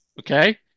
Okay